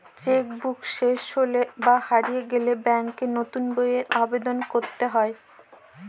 check book শেষ হলে বা হারিয়ে গেলে ব্যাঙ্কে নতুন বইয়ের আবেদন করতে হয়